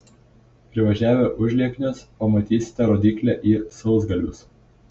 privažiavę užlieknius pamatysite rodyklę į sausgalvius